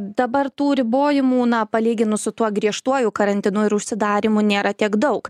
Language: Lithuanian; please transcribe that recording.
dabar tų ribojimų na palyginus su tuo griežtuoju karantinu ir užsidarymu nėra tiek daug